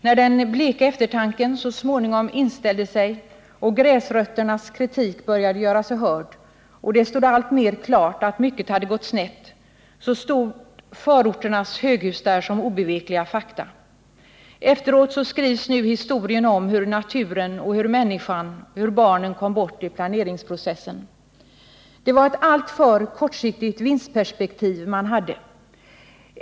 När eftertankens kranka blekhet så småningom inställde sig och gräsrötternas kritik började göra sig hörd och det stod alltmer klart att mycket hade gått snett, då fanns förorternas höghus där som obevekliga fakta. Efteråt skrivs nu historien om hur naturen, människan och barnen kommit bort i planeringsprocessen. Det var ett alltför kortsiktigt vinstperspektiv man hade.